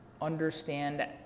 understand